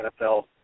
NFL –